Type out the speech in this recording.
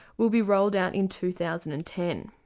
will be rolled out in two thousand and ten.